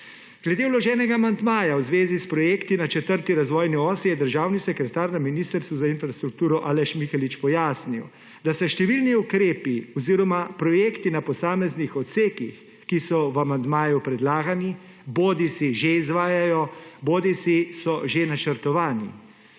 Glede vloženega amandmaja v zvezi s projekti na četrti razvojni osi je državni sekretar na Ministrstvu za infrastrukturo, Aleš Mihelič pojasnil, da se številni ukrepi oziroma projekti na posameznih odsekih, ki so v amandmaju predlagani, bodisi že izvajajo, bodisi so že načrtovani